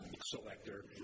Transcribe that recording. selector